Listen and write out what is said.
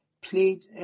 played